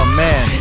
man